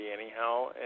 anyhow